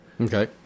Okay